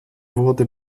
wurde